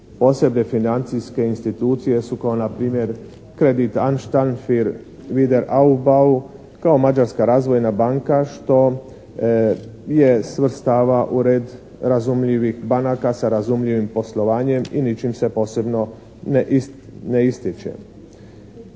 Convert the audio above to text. posebne financijske institucije su kao npr. "Kredit … /Govornik govori strani jezik, ne razumije se./, kao Mađarska razvojna banka što je svrstava u red razumljivih banaka sa razumljivim poslovanjem i ničim se posebno ne ističe.